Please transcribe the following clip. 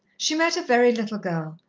she met a very little girl,